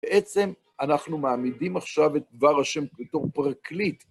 בעצם אנחנו מעמידים עכשיו את דבר ה' בתור פרקליט.